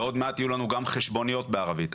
ועוד מעט יהיו לנו גם חשבוניות בערבית.